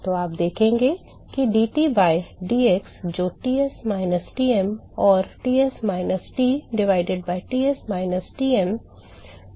तो आप देखेंगे कि dT by dx जो Ts minus Tm or Ts minus T divided by Ts minus Tm and dTm by dx है